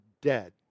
dead